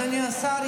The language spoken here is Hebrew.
אדוני השר,